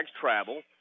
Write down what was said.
travel